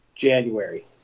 January